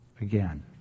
again